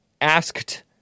asked